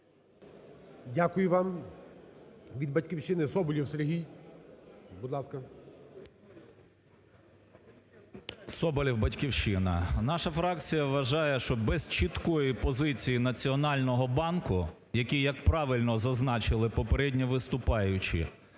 Дякую вам. Від "Батьківщини" Соболєв Сергій. Будь ласка. 16:22:11 СОБОЛЄВ С.В. Соболєв, "Батьківщина". Наша фракція вважає, що без чіткої позиції Національного банку, який, як правильно зазначили попередні виступаючі,